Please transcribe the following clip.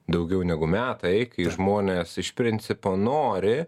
daugiau negu metai kai žmonės iš principo nori